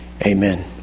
Amen